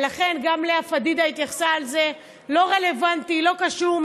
גם לאה פדידה התייחסה לזה, לא רלוונטי, לא קשור.